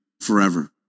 forever